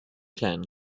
clan